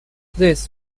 this